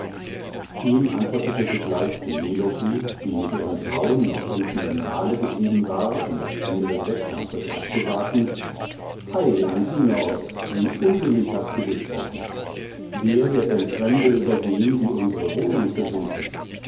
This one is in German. ihm antwortete sogleich penelope die mit ihren frauen noch unten im saale geblieben war um das ende des wettkampfes abzuwarten ei antinoos wie unbillig hast du gesprochen wer wird denn fremde übergehen die unsere wohnung besuchen